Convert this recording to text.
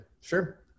sure